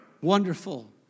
wonderful